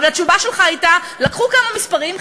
אבל התשובה שלך הייתה: לקחו כמה מספרים,